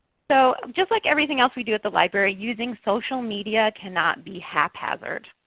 so just like everything else we do at the library, using social media cannot be haphazard.